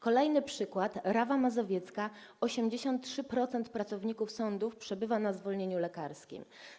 Kolejny przykład: Rawa Mazowiecka, gdzie 83% pracowników sądów przebywa na zwolnieniu lekarskim.